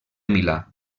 milà